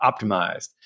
optimized